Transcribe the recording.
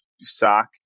sock